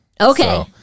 Okay